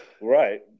right